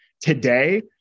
today